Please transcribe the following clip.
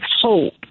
hope